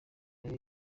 nayo